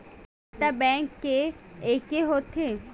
प्रदाता बैंक के एके होथे?